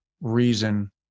reason